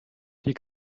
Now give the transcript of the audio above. die